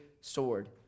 sword